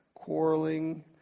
quarreling